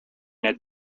need